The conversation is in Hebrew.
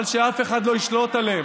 אבל שאף אחד לא ישלוט עליהם,